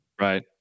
Right